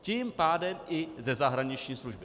Tím pádem i ze zahraniční služby.